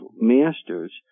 masters